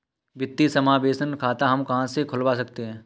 वित्तीय समावेशन खाता हम कहां से खुलवा सकते हैं?